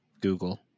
google